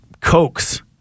coax